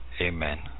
Amen